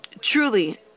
truly